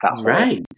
right